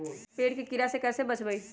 पेड़ के कीड़ा से कैसे बचबई?